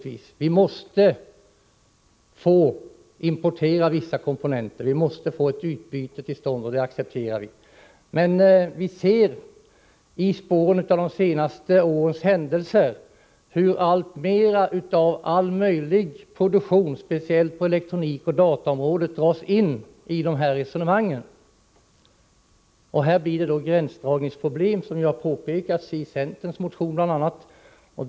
Vi måste få importera vissa komponenter, och vi måste få ett utbyte till stånd. Det accepterar vi. Men vi ser i spåren av de senaste årens händelser hur alltmera av all möjlig produktion, speciellt på elektronikoch dataområden, dras in i de här resonemangen. Det blir gränsdragningsproblem, som påpekats i bl.a. centerns motion.